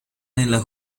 nella